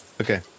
Okay